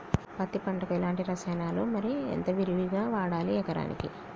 పత్తి పంటకు ఎలాంటి రసాయనాలు మరి ఎంత విరివిగా వాడాలి ఎకరాకి?